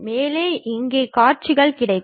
மேலும் இங்கே காட்சிகள் கிடைக்கும்